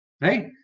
Right